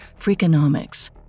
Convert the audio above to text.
Freakonomics